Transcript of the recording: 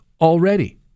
already